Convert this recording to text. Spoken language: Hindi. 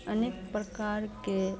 अनेक प्रकार के